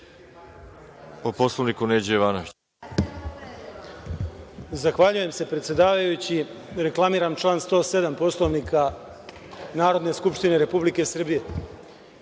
po Poslovniku Neđo Jovanović.